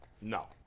No